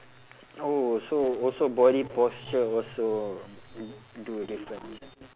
oh so also body posture also do a difference